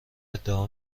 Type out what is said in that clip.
ادعا